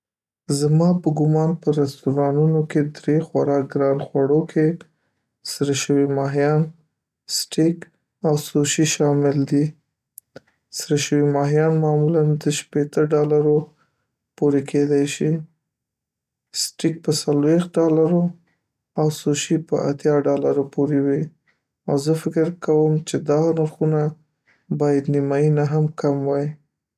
زما په ګمان په رستورانتونو کې درې خورا ګران خوړو کې سره شوي ماهیان، اسټیک، او سوشي شامل دي. سره شوي ماهیان معمولاً د شپیته ډالرو پورې کیدای شي، اسټیک په څلویښت ډالرو او سوشي په اتیا ډالرو پوري وي او زه فکر کوم چې دا نرخونه باید نیمای نه هم کم وی.